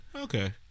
Okay